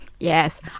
Yes